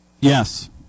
Yes